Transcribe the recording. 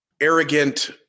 arrogant